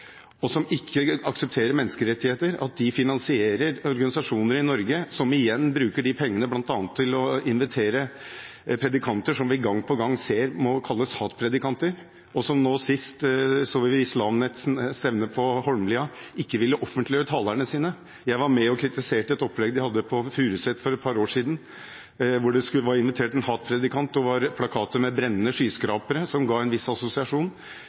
og som ikke aksepterer menneskerettigheter. De finansierer organisasjoner i Norge som igjen bruker pengene bl.a. til å invitere predikanter som vi gang på gang ser må kunne kalles hat-predikanter. Ved Islam Nets stevne på Holmlia ville man ikke offentliggjøre talerne sine. Jeg var med og kritiserte et opplegg man hadde på Furuset for et par år siden, hvor det var invitert en hat-predikant og det var plakater med brennende skyskrapere, som ga en viss assosiasjon.